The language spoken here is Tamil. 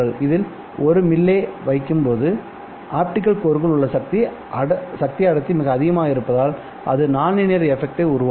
இதில் 1 மில்லே வைக்கும்போது ஆப்டிகல் கோருக்குள் உள்ள சக்தி அடர்த்தி மிக அதிகமாக இருப்பதால் அது நான்லீனியர் எஃபக்ட் உருவாக்கும்